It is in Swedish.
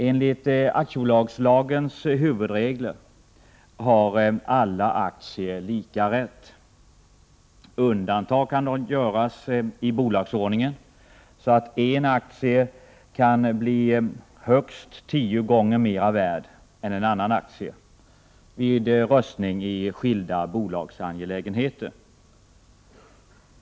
Enligt aktiebolagslagens huvudregel har alla aktier lika rätt. Undantag kan dock göras i bolagsordningen, så att en aktie kan bli högst tio gånger mer värd än en annan aktie vid röstning i skilda bolagsangelägenheter.